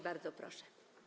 Bardzo proszę.